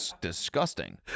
disgusting